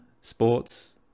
sports